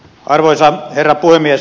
arvoisa herra puhemies